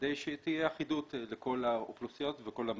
וכדי שתהיה אחידות לכל האוכלוסיות ובכל המגזרים.